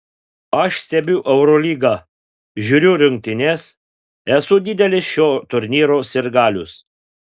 aš stebiu eurolygą žiūriu rungtynes esu didelis šio turnyro sirgalius